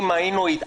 אם היינו איטליה.